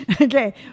Okay